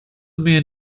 mir